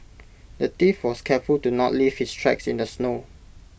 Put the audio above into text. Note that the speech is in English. the thief was careful to not leave his tracks in the snow